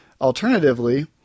Alternatively